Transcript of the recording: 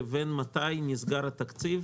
לבין מתי נסגר התקציב,